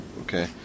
Okay